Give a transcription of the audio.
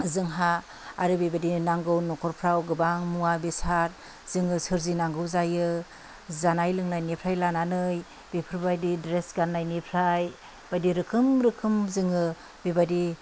जोंहा आरो बेबायदिनो नांगौ न'खरफ्राव गोबां मुवा बेसाद जोङो सोरजिनांगौ जायो जानाय लोंनायनिफ्राय लानानै बेफोरबायदि द्रेस गाननायनिफ्राय रोखोम रोखोम जोङो बेबादिफ्राव